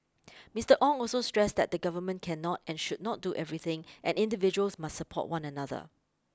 Mister Ong also stressed that the Government cannot and should not do everything and individuals must support one another